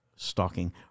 stalking